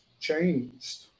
changed